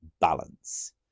balance